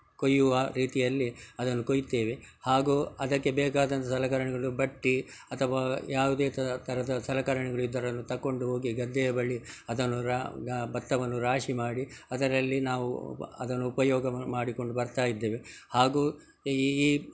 ಕೊಯ್ಯುವ ರೀತಿಯಲ್ಲಿ ಅದನ್ನು ಕೊಯ್ತೇವೆ ಹಾಗೂ ಅದಕ್ಕೆ ಬೇಕಾದಂಥ ಸಲಕರಣೆಗಳು ಬಟ್ಟಿ ಅಥವಾ ಯಾವುದೆ ಥರ ಥರದ ಸಲಕರ್ಣೆಗಳು ಇದ್ದರೆ ಅದ್ನು ತಗೊಂಡು ಹೋಗಿ ಗದ್ದೆಯ ಬಳಿ ಅದನ್ನು ರಾ ಗ ಭತ್ತವನ್ನು ರಾಶಿ ಮಾಡಿ ಅದರಲ್ಲಿ ನಾವು ಬ ಅದನ್ನು ಉಪಯೋಗ ಮಾಡಿಕೊಂಡು ಬರ್ತಾ ಇದ್ದೇವೆ ಹಾಗೂ ಈ